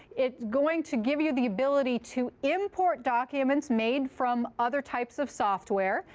it's going to give you the ability to import documents made from other types of software,